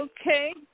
Okay